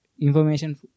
information